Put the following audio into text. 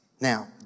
Now